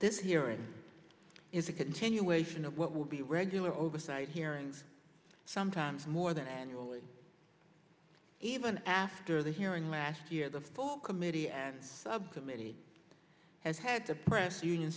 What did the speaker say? this hearing is a continuation of what will be a regular oversight hearings sometimes more than annually even after the hearing last year the full committee and subcommittee has had to press union